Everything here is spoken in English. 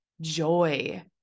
joy